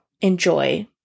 enjoy